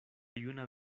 juna